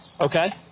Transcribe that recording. Okay